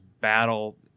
battle –